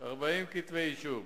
40 כתבי אישום